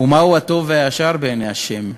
ומהו הטוב והישר בעיני ה'?